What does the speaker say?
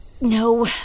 No